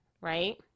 right